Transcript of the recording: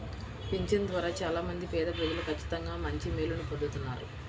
పింఛను ద్వారా చాలా మంది పేదప్రజలు ఖచ్చితంగా మంచి మేలుని పొందుతున్నారు